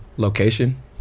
Location